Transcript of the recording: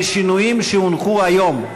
בשינויים שהונחו היום.